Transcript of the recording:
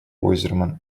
ойзерман